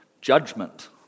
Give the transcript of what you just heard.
judgment